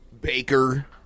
Baker